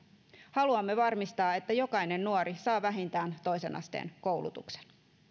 haluamme varmistaa että jokainen nuori saa vähintään toisen asteen koulutuksen